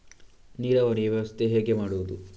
ನೀರಾವರಿ ವ್ಯವಸ್ಥೆ ಹೇಗೆ ಮಾಡುವುದು?